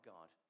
God